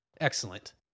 Excellent